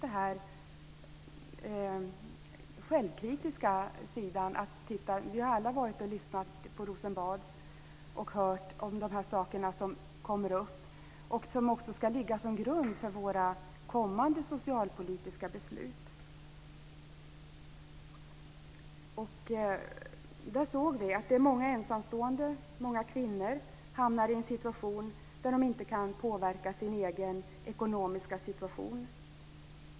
Den självkritiska sidan är viktig. Vi har alla varit och lyssnat i Rosenbad och hört om de saker som kommer upp och som också ska ligga som grund för våra kommande socialpolitiska beslut. Vi har sett att många ensamstående och många kvinnor hamnar i en situation där de inte kan påverka sin egen ekonomi.